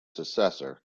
successor